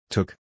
Took